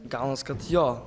gaunas kad jo